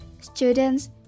students